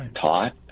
taught